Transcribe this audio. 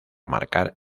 marcar